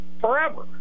forever